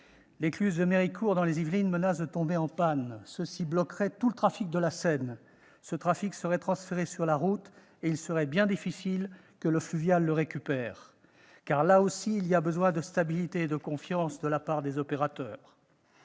L'écluse de Méricourt dans les Yvelines menace de tomber en panne, ce qui bloquerait tout trafic sur la Seine. Exact ! Ce trafic serait transféré sur la route, et il serait bien difficile que le transport fluvial le récupère. Car là aussi il y a besoin de stabilité et de confiance de la part des opérateurs.